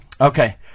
Okay